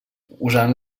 usant